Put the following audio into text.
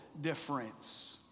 difference